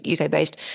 UK-based